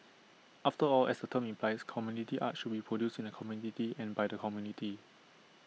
after all as the term implies community arts should be produced in the community and by the community